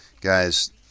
Guys